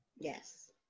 Yes